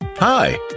Hi